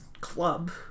club